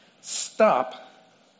Stop